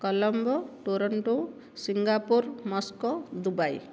Colombo Toronto Singapore Moscow Dubai